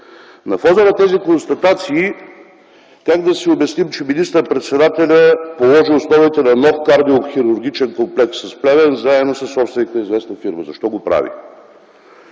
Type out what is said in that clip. На фона на тези констатации как да си обясним, че министър-председателят положи основите на нов кардиохирургичен комплекс в Плевен заедно със собственик на известна фирма? Защо го прави?